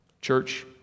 Church